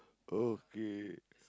okay